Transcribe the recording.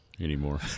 Anymore